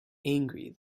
angry